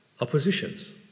oppositions